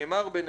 בין היתר,